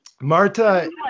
Marta